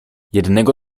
jednego